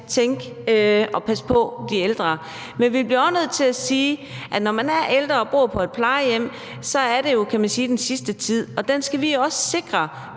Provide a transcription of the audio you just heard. skal passe på de ældre, men vi bliver også nødt til at sige, at når man er ældre og bor på et plejehjem, er det jo, kan man sige, den sidste tid, og den skal vi også sikre